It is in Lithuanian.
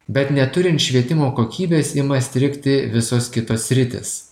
bet neturint švietimo kokybės ima strigti visos kitos sritys